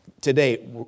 today